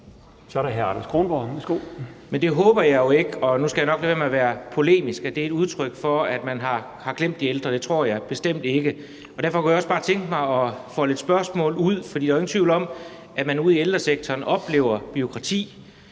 20:53 Anders Kronborg (S): Men jeg håber jo ikke – og nu skal jeg nok lade være med at være polemisk – at det er et udtryk for, at man har glemt de ældre. Det tror jeg bestemt ikke, og derfor kunne jeg også bare tænke mig at folde et spørgsmål ud. For der er jo ingen tvivl om, at man ude i ældresektoren oplever bureaukrati,